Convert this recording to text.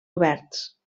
oberts